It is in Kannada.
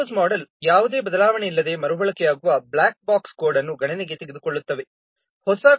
ಈ ರೀ ಯೂಸ್ ಮೋಡೆಲ್ ಯಾವುದೇ ಬದಲಾವಣೆಯಿಲ್ಲದೆ ಮರುಬಳಕೆಯಾಗುವ ಬ್ಲಾಕ್-ಬಾಕ್ಸ್ ಕೋಡ್ ಅನ್ನು ಗಣನೆಗೆ ತೆಗೆದುಕೊಳ್ಳುತ್ತದೆ